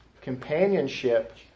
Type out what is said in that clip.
companionship